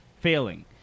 failing